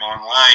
online